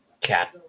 cat